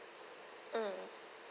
mm